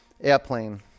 Airplane